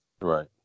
right